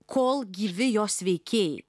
kol gyvi jos veikėjai